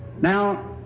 Now